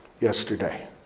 yesterday